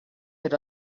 had